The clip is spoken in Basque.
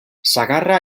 sagarra